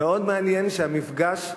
מאוד מעניין שהמפגש,